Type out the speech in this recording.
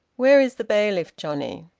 where is the bailiff-johnny?